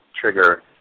trigger